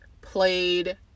played